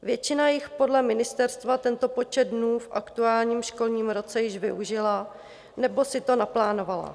Většina jich podle ministerstva tento počet dnů v aktuálním školním roce již využila nebo si to naplánovala.